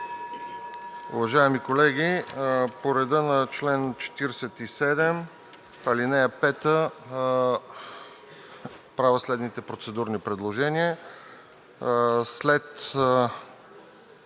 Уважаеми колеги, по реда на чл. 47, ал. 5 правя следните процедурни предложения: